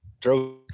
drove